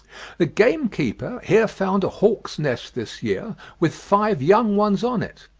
the gamekeeper here found a hawk's nest this year, with five young ones on it.